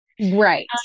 right